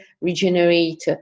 regenerate